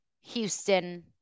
Houston